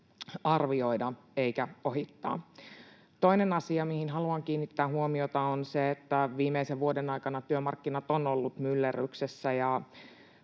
arvioida eikä ohittaa. Toinen asia, mihin haluan kiinnittää huomiota, on se, että viimeisen vuoden aikana työmarkkinat ovat olleet myllerryksessä, ja